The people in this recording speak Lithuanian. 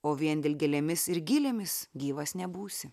o vien dilgėlėmis ir gilėmis gyvas nebūsi